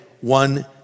one